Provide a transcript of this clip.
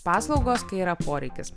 paslaugos kai yra poreikis